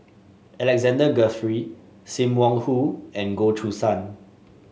Alexander Guthrie Sim Wong Hoo and Goh Choo San